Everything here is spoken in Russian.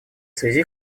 связи